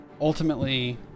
ultimately